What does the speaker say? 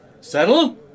Settle